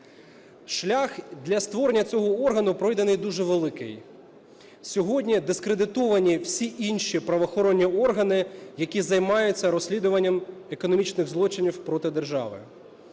Шлях для створення цього органу пройдений дуже великий. Сьогодні дискредитовані всі інші правоохоронні органи, які займаються розслідуванням економічних злочинів проти держави.